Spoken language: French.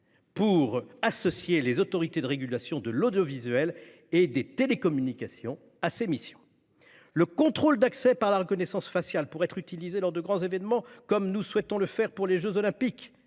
pour associer les autorités de régulation de l'audiovisuel et des télécommunications à ses missions. Le contrôle d'accès par la reconnaissance faciale pourra être utilisé lors de grands événements, comme nous souhaitons le faire pour les jeux Olympiques